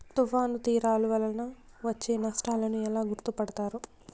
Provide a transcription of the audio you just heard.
తుఫాను తీరాలు వలన వచ్చే నష్టాలను ఎలా గుర్తుపడతారు?